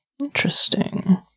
Interesting